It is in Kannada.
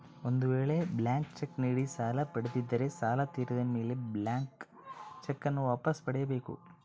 ಒಂದು ವೇಳೆ ಬ್ಲಾಂಕ್ ಚೆಕ್ ನೀಡಿ ಸಾಲ ಪಡೆದಿದ್ದರೆ ಸಾಲ ತೀರಿದ ಮೇಲೆ ಬ್ಲಾಂತ್ ಚೆಕ್ ನ್ನು ವಾಪಸ್ ಪಡೆಯ ಬೇಕು